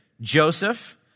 Joseph